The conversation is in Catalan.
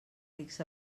rics